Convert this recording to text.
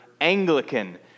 Anglican